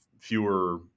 fewer